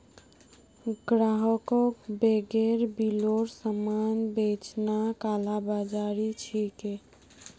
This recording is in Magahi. ग्राहकक बेगैर बिलेर सामान बेचना कालाबाज़ारी छिके